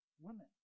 women